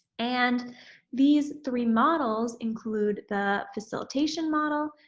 and these three models include the facilitation model,